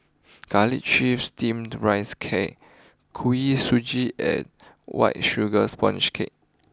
Garlic Chives Steamed Rice Cake Kuih Suji and White Sugar Sponge Cake